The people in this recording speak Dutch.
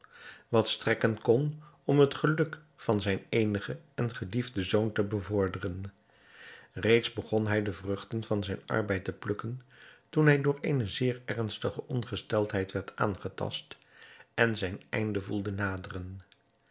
wat strekken kon om het geluk van zijn eenigen en geliefden zoon te bevorderen reeds begon hij de vruchten van zijn arbeid te plukken toen hij door eene zeer ernstige ongesteldheid werd aangetast en zijn einde voelde naderen